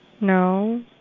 No